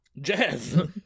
Jazz